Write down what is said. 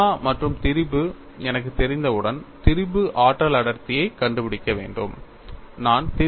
sigma மற்றும் திரிபு எனக்குத் தெரிந்தவுடன் திரிபு ஆற்றல் அடர்த்தியைக் கண்டுபிடிக்க முடியும்